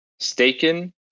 Staken